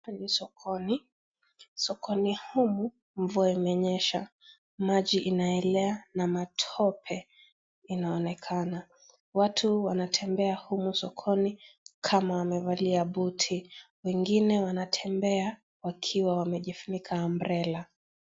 Hapa ni sokoni, sokoni humu mvua imenyesha, maji inaelea na matope inaonekana, watu wanatembea humu sokoni kama wamevalia buti, wengine wanatembea wakiwa wamejifunika umbrella .